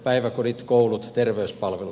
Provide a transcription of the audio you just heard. päiväkodit koulut terveyspalvelut